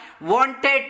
wanted